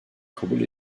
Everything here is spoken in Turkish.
kabul